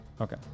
Okay